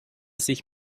sich